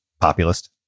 populist